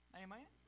amen